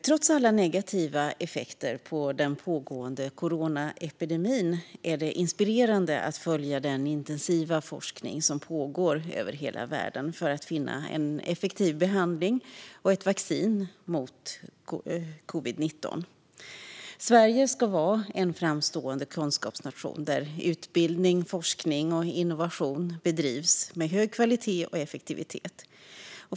Trots alla negativa effekter av den pågående coronaepidemin är det inspirerande att följa den intensiva forskning som pågår över hela världen för att finna en effektiv behandling och ett vaccin mot covid-19. Sverige ska vara en framstående kunskapsnation, där utbildning, forskning och innovation bedrivs med hög kvalitet och effektivitet.